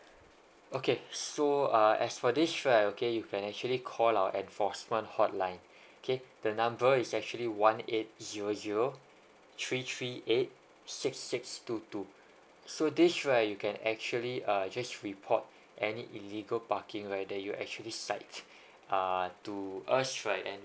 okay so uh as for this right okay you can actually call our enforcement hotline okay the number is actually one eight zero zero three three eight six six two two so this right you can actually err just report any illegal parking whether that you actually uh to us